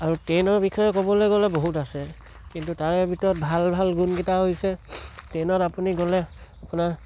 আৰু ট্ৰেইনৰ বিষয়ে ক'বলৈ গ'লে বহুত আছে কিন্তু তাৰে ভিতৰত ভাল ভাল গুণকেইটা হৈছে ট্ৰেইনত আপুনি গ'লে আপোনাৰ